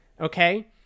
Okay